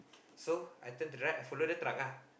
so I turn to the right I follow the truck lah